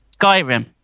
Skyrim